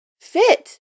fit